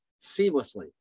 seamlessly